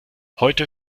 heute